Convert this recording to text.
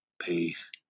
Peace